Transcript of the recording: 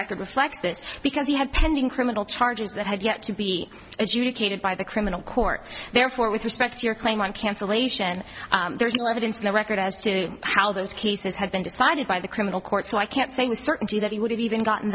record reflect this because he had pending criminal charges that had yet to be adjudicated by the criminal court therefore with respect to your claim on cancellation there is no evidence in the record as to how those cases have been decided by the criminal court so i can't say with certainty that he would have even gotten